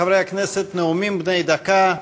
חברי הכנסת, נאומים בני דקה.